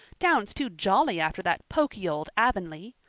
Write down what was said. town's too jolly after that poky old avonlea.